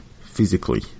physically